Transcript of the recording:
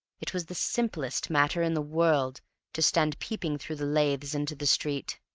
it was the simplest matter in the world to stand peeping through the laths into the street,